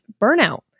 burnout